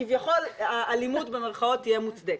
כביכול האלימות במרכאות תהיה מוצדקת.